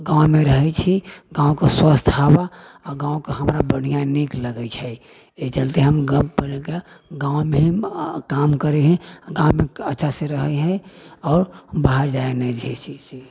गाँवमे रहै छी गाँवके स्वस्थ हवा आओर गाँवके हमरा बढ़िआँ नीक लगै छै एहि चलते हम गामपर रहि कऽ गाँवमे काम करैहें अच्छासँ रहैहें आओर बाहर जाइ नहि छियै